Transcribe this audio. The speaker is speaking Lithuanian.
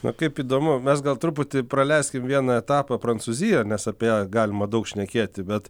na kaip įdomu mes gal truputį praleiskim vieną etapą prancūzijoj nes apie ją galima daug šnekėti bet